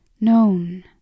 known